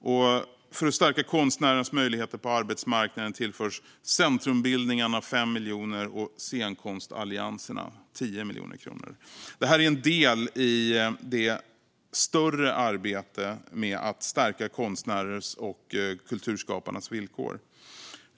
Och för att stärka konstnärers möjligheter på arbetsmarknaden tillförs Centrumbildningarna 5 miljoner och scenkonstallianserna 10 miljoner kronor. Detta är en del i det större arbetet med att stärka konstnärers och kulturskapares villkor.